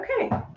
Okay